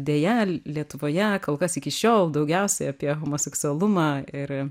deja lietuvoje kol kas iki šiol daugiausia apie homoseksualumą ir